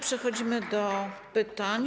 Przechodzimy do pytań.